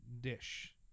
dish